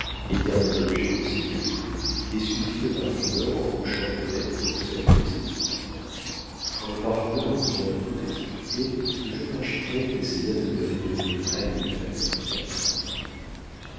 éternel objet de ses mépris et suivit le parfumeur en hochant la tête pour saluer ses idées quand le parfumeur eut bien tout expliqué le jeune architecte essaya de lui résumer à lui-même son plan